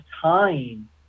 time